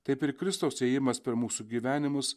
taip ir kristaus ėjimas per mūsų gyvenimus